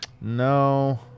No